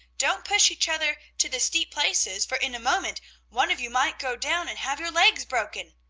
don't push each other to the steep places, for in a moment one of you might go down and have your legs broken.